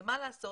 ומה לעשות,